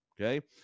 Okay